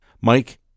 Mike